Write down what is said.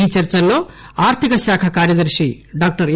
ఈ చర్చల్లో ఆర్థిక శాఖ కార్యదర్శి డాక్టర్ ఎ